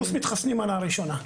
פלוס מתחסנים מנה ראשונה.